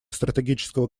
стратегического